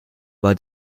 war